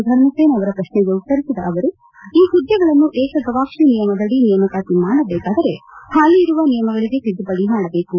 ಧರ್ಮಸೇನ ಅವರ ಪ್ರಶ್ನೆಗೆ ಉತ್ತರಿಸಿದ ಅವರು ಈ ಪುದ್ದೆಗಳನ್ನು ಏಕಗವಾಕ್ಷಿ ನಿಯಮದಡಿ ನೇಮಕಾತಿ ಮಾಡಬೇಕಾದರೆ ಪಾಲಿ ಇರುವ ನಿಯಮಗಳಿಗೆ ತಿದ್ದುಪಡಿ ಮಾಡಬೇಕು